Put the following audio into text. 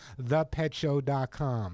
thepetshow.com